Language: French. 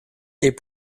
est